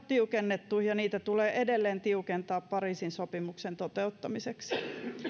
tiukennettu ja niitä tulee edelleen tiukentaa pariisin sopimuksen toteuttamiseksi